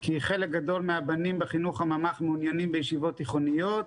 כי חלק גדול מן הבנים בחינוך הממ"ח מעוניינים בישיבות תיכוניות.